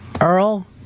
Earl